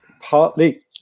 partly